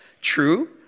True